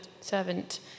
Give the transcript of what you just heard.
servant